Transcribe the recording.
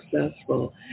successful